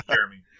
Jeremy